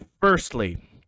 firstly